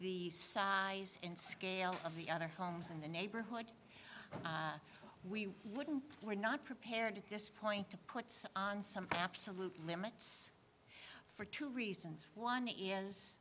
the size and scale of the other homes in the neighborhood we wouldn't we're not prepared at this point to put on some absolute limits for two reasons one is